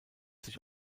sich